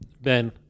Ben